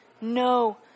No